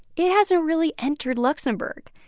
it hasn't really entered luxembourg.